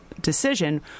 decision